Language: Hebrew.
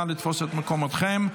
נא לתפוס את מקומותיכם,